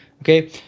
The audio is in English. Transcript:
okay